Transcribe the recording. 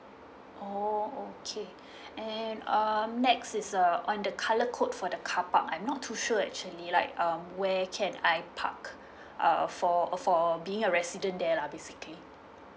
oh okay and um next is uh on the colour code for the car park I'm not too sure actually like um where can I park uh for uh for being a resident there lah basically